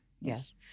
yes